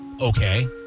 okay